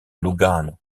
lugano